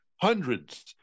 hundreds